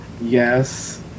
Yes